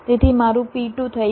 તેથી મારું P2 થઈ ગયું